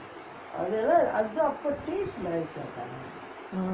mm